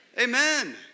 Amen